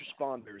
responders